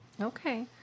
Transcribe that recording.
Okay